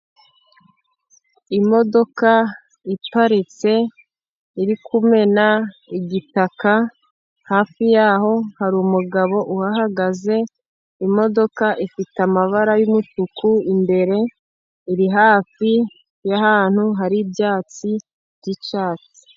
Imodoka iparitse iri kumena igitaka, hafi yaho hari umugabo uhagaze imodoka ifite amabara y'umutuku, imbere iri hafi y'ahantu hariho tibyatsi byicyatsi